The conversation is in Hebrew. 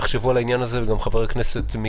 תחשבו על העניין הזה ותתייחסו לזה כמו